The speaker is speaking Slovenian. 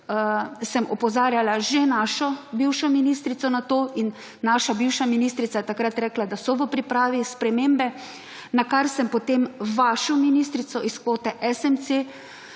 sem opozarjala že našo bivšo ministrico na to in naša bivša ministrica je takrat rekla, da so v pripravi spremembe, nakar sem potem vašo ministrico iz kvote SMC